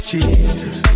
Jesus